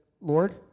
Lord